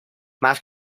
más